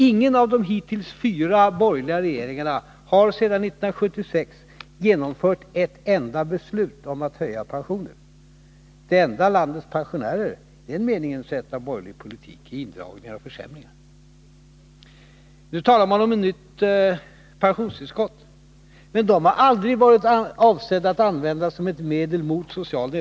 Ingen av de hittills fyra borgerliga regeringarna har sedan 1976 genomfört ett enda beslut om att höja pensionerna. Det enda som landets pensionärer har sett av borgerlig politik i den meningen är indragningar och försämringar. Man talar nu om ett nytt pensionstillskott. Men pensionstillskotten har aldrig varit avsedda att användas som ett medel mot inflation.